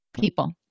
people